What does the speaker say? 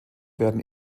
werden